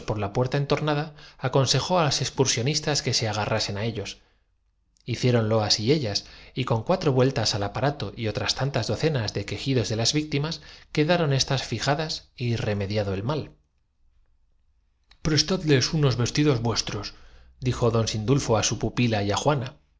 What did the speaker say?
la puerta entornada rue d'anjou saint iionoré aconsejó á las excursionistas que se agarrasen á ellos hiciéronlo así ellas y con cuatro vueltas al aparato y otras tantas docenas de quejidos de las víctimas que daron estas fijadas y remediado el mal prestadles unos vestidos vuestrosdijo don sindulfo á su pupila y á juana